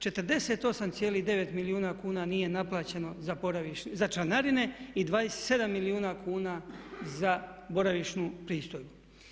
48,9 milijuna kuna nije naplaćeno za članarine i 27 milijuna kuna za boravišnu pristojbu.